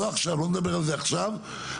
לא עכשיו, אני לא מדבר על זה עכשיו, הדרגתיות.